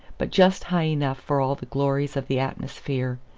but just high enough for all the glories of the atmosphere,